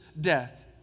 death